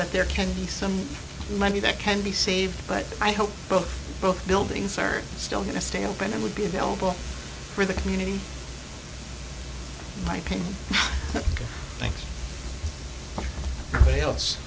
that there can be some money that can be saved but i hope both both buildings are still going to stay open and would be available for the community my opinion thank